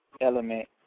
element